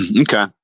Okay